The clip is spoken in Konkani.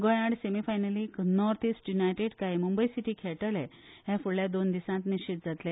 गोंया आड सेमिफायनलिक नॉर्थ ईस्ट् युनायटेड काय मुंबय सीटी खेळतले हे फूडल्या दोन दिसात निश्चित जातले